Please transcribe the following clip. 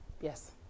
Yes